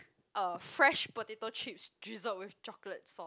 uh fresh potato chips drizzled with chocolate sauce